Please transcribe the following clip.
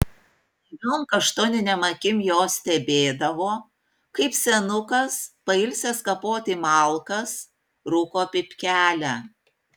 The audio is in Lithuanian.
naiviom kaštoninėm akim jos stebėdavo kaip senukas pailsęs kapoti malkas rūko pypkelę